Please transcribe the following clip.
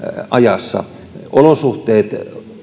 ajassa olosuhteet